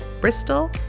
Bristol